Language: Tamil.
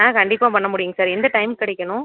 ஆ கண்டிப்பாக பண்ண முடியுங்க சார் எந்த டைம்க்கு கிடைக்கணும்